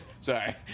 Sorry